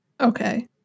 Okay